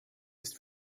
ist